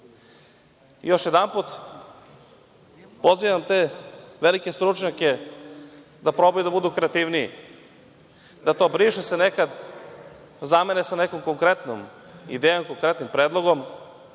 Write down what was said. jedanput pozivam te velike stručnjake da probaju da budu kreativniji, da to briše se nekad zamene se sa nekom konkretnom idejom, konkretnim predlogom,